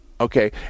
Okay